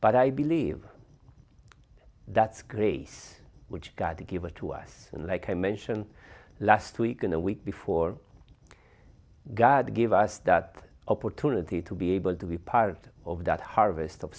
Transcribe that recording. but i believe that's grace which got to give it to us and like i mentioned last week in a week before god gave us that opportunity to be able to be part of that harvest of